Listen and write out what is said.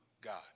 God